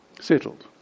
settled